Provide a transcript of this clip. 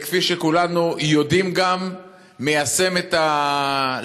וכפי שכולנו גם יודעים הוא מיישם את הלקחים.